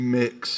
mix